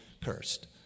cursed